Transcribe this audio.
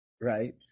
right